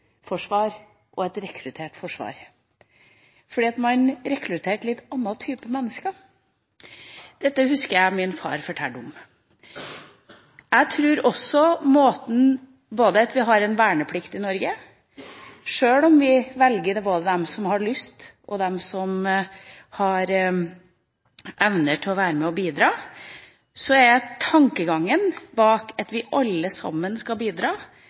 og et rekruttert forsvar, fordi man rekrutterte en litt annen type mennesker. Dette husker jeg min far fortalte om. Når det gjelder det at vi har verneplikt i Norge – sjøl om vi velger det, både de som har lyst, og de som har evner til å være med og bidra – er tankegangen bak det at vi alle sammen skal bidra,